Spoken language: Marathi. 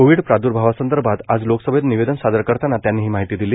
कोविड प्रादर्भावासंदर्भात आज लोकसभेत निवेदन सादर करताना त्यांनी ही माहिती दिली